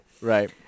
Right